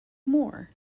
moore